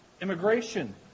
immigration